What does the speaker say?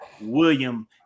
William